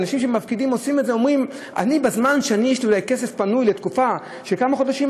אנשים מפקידים ואומרים: כשיש לי כסף פנוי לתקופה של כמה חודשים,